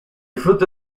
fruto